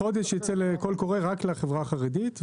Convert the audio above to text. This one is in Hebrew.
החודש ייצא קול קורא רק לחברה החרדית.